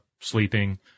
sleeping